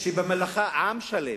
עם שלם,